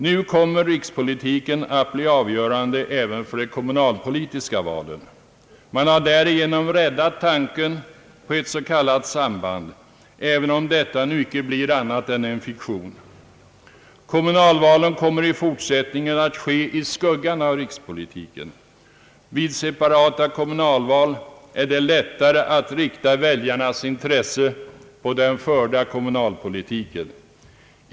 Nu kommer rikspolitiken att bli avgörande även för de kommunalpolitiska valen. Man har därigenom räddat tanken på ett s.k. samband, även om detta nu icke blir annat än en fiktion. Kommunalvalen kommer i fortsättningcen att ske i skuggan av rikspolitiken. Vid separata kommunalval är det lätlare att rikta väljarnas intresse på den förda kommunalpolitiken.